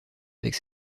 avec